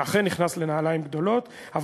לנעליים מאוד גדולות.